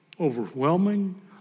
overwhelming